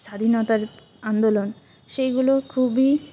স্বাধীনতার আন্দোলন সেইগুলো খুবই